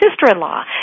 sister-in-law